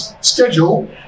schedule